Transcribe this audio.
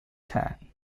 tan